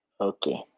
Okay